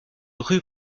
rue